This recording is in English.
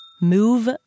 move